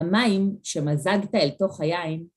המים שמזגת אל תוך היין.